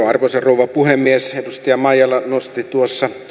arvoisa rouva puhemies edustaja maijala nosti tuossa